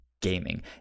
gaming